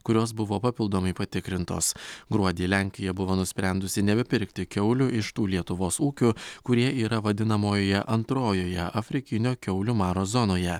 kurios buvo papildomai patikrintos gruodį lenkija buvo nusprendusi nebepirkti kiaulių iš tų lietuvos ūkių kurie yra vadinamojoje antrojoje afrikinio kiaulių maro zonoje